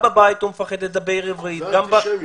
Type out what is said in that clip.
בבית הוא מפחד לדבר עברית --- זו האנטישמיות.